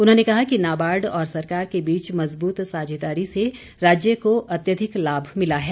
उन्होंने कहा कि नाबार्ड और सरकार के बीच मजबूत साझेदारी से राज्य को अत्याधिक लाभ मिला है